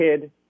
kid